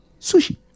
Sushi